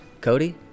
Cody